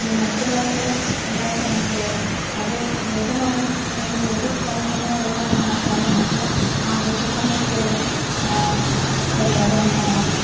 മറ്റുള്ളവർ നമ്മളെ ക്ഷണിക്കുകയും അത് ഏത് മതം അല്ലെങ്കിൽ ഏത് സ്ഥലത്തുനിന്ന് വരുന്നു എന്ന് നോക്കാതെ നമുക്ക് ആഘോഷിക്കാൻ പറ്റിയൊരു പരിപാടിയാണ് ഓണം